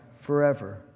forever